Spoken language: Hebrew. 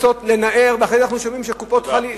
לאחר מכן אנחנו שומעים שקופות-חולים,